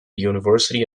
university